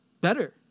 better